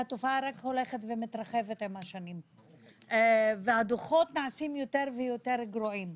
שהתופעה רק הולכת ומתרחבת עם השנים והדוחות נעשים יותר ויותר גרועים.